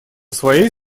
своей